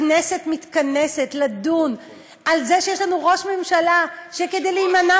הכנסת מתכנסת לדון על זה שיש לנו ראש ממשלה שכדי להימנע